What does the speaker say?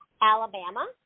Alabama